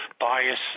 bias